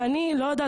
ואני לא יודעת,